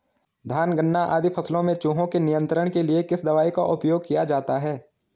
धान गन्ना आदि फसलों में चूहों के नियंत्रण के लिए किस दवाई का उपयोग किया जाता है?